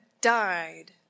died